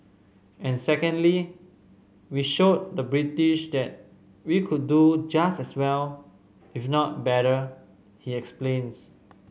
and secondly we showed the British that we could do just as well if not better he explains